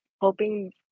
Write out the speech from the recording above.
hoping